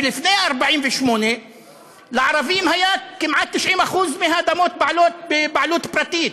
ולפני 1948 לערבים היו כמעט 90% מהאדמות בבעלות פרטית.